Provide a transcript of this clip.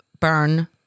burn